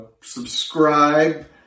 subscribe